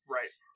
Right